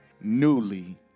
newly